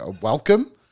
welcome